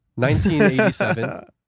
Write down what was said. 1987